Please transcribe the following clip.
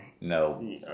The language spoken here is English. no